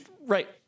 Right